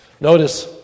Notice